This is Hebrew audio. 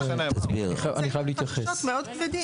יש כאן חששות מאוד כבדים.